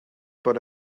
bod